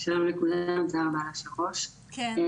בהקשר להיתר שימוש חורג יהיה